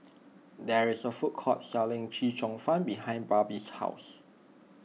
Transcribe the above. there is a food court selling Chee Cheong Fun behind Barrie's house